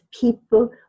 people